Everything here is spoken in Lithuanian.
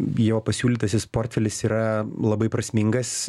jo pasiūlytasis portfelis yra labai prasmingas